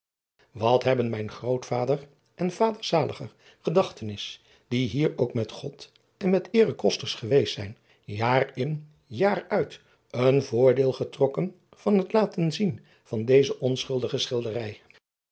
at hebben mijn grootvader en vader zaliger gedachtenis driaan oosjes zn et leven van illegonda uisman die hier ook met od en met eere kosters geweest zijn jaar in jaar uit een voordeel getrokken van het laten zien van deze onschuldige schilderij